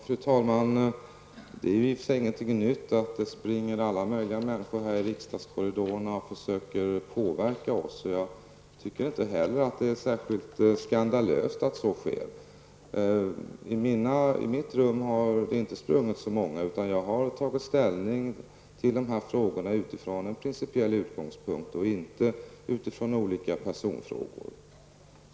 Fru talman! Det är i och för sig ingenting nytt att det springer alla möjliga människor här i riksdagskorridorerna och försöker påverka oss. Jag anser inte heller att det är särskilt skandalöst att så sker. I mitt rum har det inte sprungit så många, utan jag har tagit ställning till dessa frågor utifrån en principiell utgångspunkt och inte utifrån olika personfrågor.